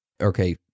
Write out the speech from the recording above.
Okay